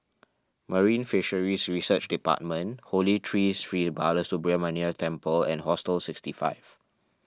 Marine Fisheries Research Department Holy Tree Sri Balasubramaniar Temple and Hostel sixty five